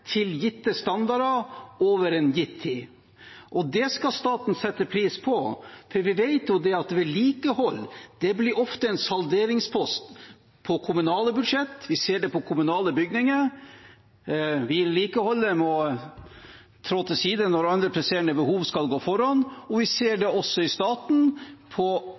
standarder over en gitt tid. Det skal staten sette pris på, for vi vet jo at vedlikehold ofte blir en salderingspost på kommunale budsjetter. Vi ser det på kommunale bygninger – vedlikeholdet må tre til side når andre presserende behov skal gå foran – og vi ser det også i staten på